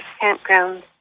campground